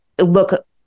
look